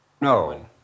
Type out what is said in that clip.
No